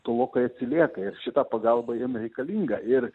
tolokai atsilieka ir šita pagalba jiem reikalinga ir